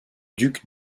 duc